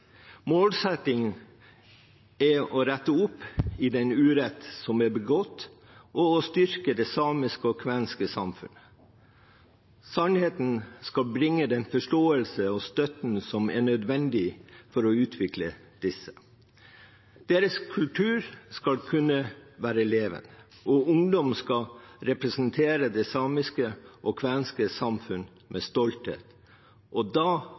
målsettingen er å rette opp i den urett som er begått, og å styrke det samiske og kvenske samfunn. Sannheten skal bringe den forståelsen og støtten som er nødvendig for å utvikle disse. Deres kultur skal kunne være levende, og ungdom skal representere det samiske og kvenske samfunn med stolthet. Da